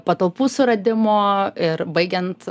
patalpų suradimo ir baigiant